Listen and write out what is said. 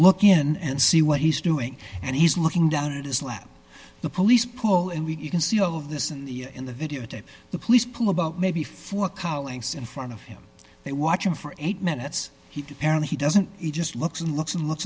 look in and see what he's doing and he's looking down at his lap the police pull and we can see all of this in the in the videotape the police pull about maybe four cowlings in front of him they watch him for eight minutes he apparently he doesn't he just looks and looks and l